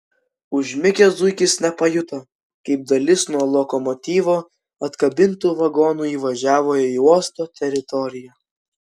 užmigęs zuikis nepajuto kaip dalis nuo lokomotyvo atkabintų vagonų įvažiavo į uosto teritoriją